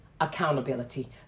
accountability